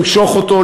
למשוך אותו,